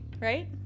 right